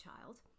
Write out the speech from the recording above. child